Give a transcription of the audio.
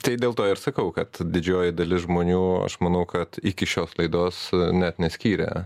tai dėl to ir sakau kad didžioji dalis žmonių aš manau kad iki šios laidos net neskyrė